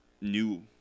new